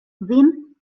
vin